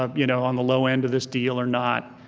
um you know on the low end of this deal or not,